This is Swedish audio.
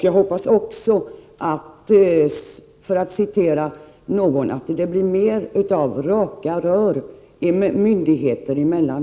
Jag hoppas också att, som någon sade, det blir mer av raka rör också myndigheter emellan.